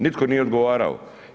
Nitko nije odgovarao.